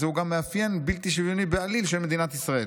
זהו גם מאפיין בלתי שוויוני בעליל של מדינת ישראל.